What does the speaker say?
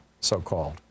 so-called